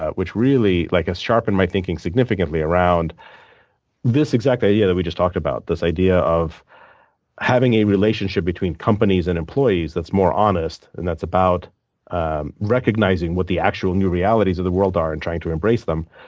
ah which really has like ah sharpened my thinking significantly around this exact idea that we just talked about. this idea of having a relationship between companies and employees that's more honest and that's about ah recognizing what the actual new realities of the world are and trying to embrace them.